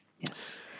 Yes